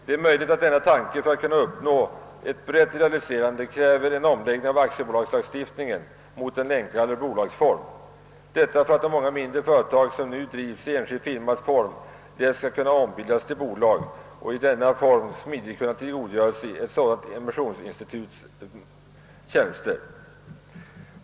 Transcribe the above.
Det är möjligt att ett brett realiserande av denna tanke kräver en ändring av aktiebolagslagen och införandet av en enklare bolagsform, så att de många mindre företag, som nu bedrivs i enskild firmas form, lätt kan ombildas till bolag och i denna form smidigt tillgodogöra sig ett sådant emissionsinstituts tjänster.